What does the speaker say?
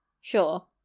sure